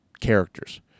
characters